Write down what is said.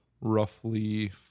roughly